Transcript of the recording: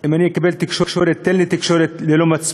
אם אני אקבל תקשורת, תן לי תקשורת ללא מצפון,